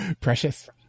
Precious